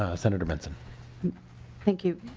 ah senator benson thank you.